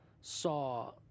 saw